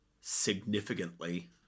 significantly